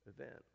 event